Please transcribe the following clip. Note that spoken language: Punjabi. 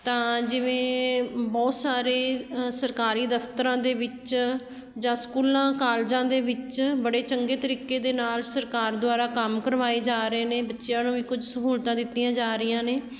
ਤਾਂ ਜਿਵੇਂ ਬਹੁਤ ਸਾਰੇ ਸਰਕਾਰੀ ਦਫਤਰਾਂ ਦੇ ਵਿੱਚ ਜਾਂ ਸਕੂਲਾਂ ਕਾਲਜਾਂ ਦੇ ਵਿੱਚ ਬੜੇ ਚੰਗੇ ਤਰੀਕੇ ਦੇ ਨਾਲ ਸਰਕਾਰ ਦੁਆਰਾ ਕੰਮ ਕਰਵਾਏ ਜਾ ਰਹੇ ਨੇ ਬੱਚਿਆਂ ਨੂੰ ਵੀ ਕੁਝ ਸਹੂਲਤਾਂ ਦਿੱਤੀਆਂ ਜਾ ਰਹੀਆਂ ਨੇ